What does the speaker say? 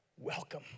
welcome